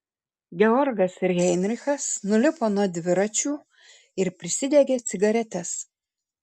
georgas ir heinrichas nulipo nuo dviračių ir prisidegė cigaretes